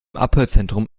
abhörzentrum